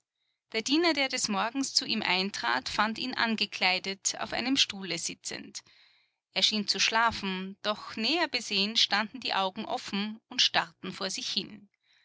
der diener der des morgens zu ihm eintrat fand ihn angekleidet auf einem stuhle sitzend er schien zu schlafen doch näher besehen standen die augen offen und starrten vor sich hin